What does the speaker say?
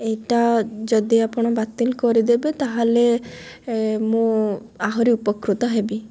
ଏଇଟା ଯଦି ଆପଣ ବାତିଲ କରିଦେବେ ତାହେଲେ ମୁଁ ଆହୁରି ଉପକୃତ ହେବି